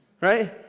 right